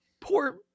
poor